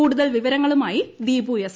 കൂടുതൽ വിവരങ്ങളുമായി ദീപു എസ്